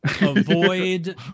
avoid